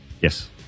Yes